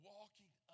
Walking